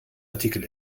artikel